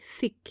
thick